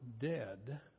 dead